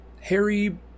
Harry